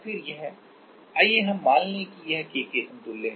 और फिर यह आइए हम मान लें कि यह K के समतुल्य है